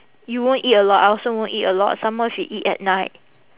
you won't eat a lot I also won't eat a lot some more if you eat at night